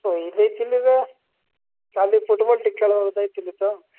ଶୋଇ ଦେଇଥିଲି ରେ କାଲି ଫୁଟ୍ବଲ୍ ଟିକେ ଖେଳିବାକୁ ଯାଇଥିଲି ତ